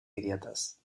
grietas